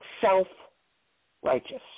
self-righteous